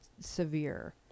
severe